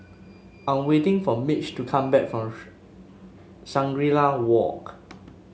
I'm waiting for Mitch to come back from Shangri La Walk